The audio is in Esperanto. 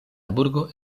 burgo